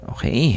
Okay